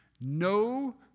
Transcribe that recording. No